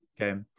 okay